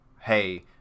hey